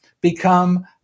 become